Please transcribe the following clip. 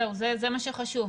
זה מה שחשוב.